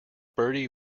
bertie